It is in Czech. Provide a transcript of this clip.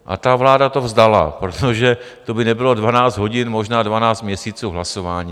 A ta vláda to vzdala, protože to by nebylo 12 hodin, možná 12 měsíců hlasování.